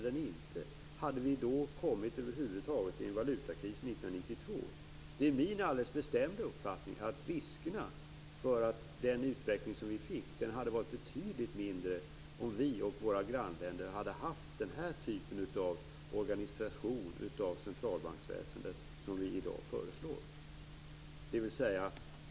Hade vi då över huvud taget kommit in i en valutakris Det är min alldeles bestämda uppfattning att risken för den utveckling som vi fick hade varit betydligt mindre om vi och våra grannländer hade haft den typ av organisation av centralbanksväsendet som vi i dag föreslår.